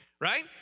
Right